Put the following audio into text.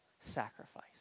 sacrifice